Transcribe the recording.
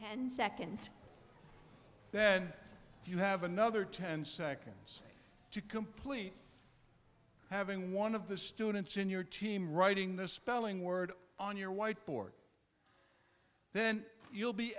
ten seconds then you have another ten seconds to complete having one of the students in your team writing the spelling word on your whiteboard then you'll be